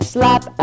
Slap